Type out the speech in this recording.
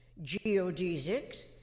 geodesics